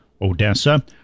Odessa